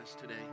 today